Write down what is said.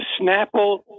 Snapple